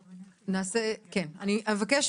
הישיבה ננעלה בשעה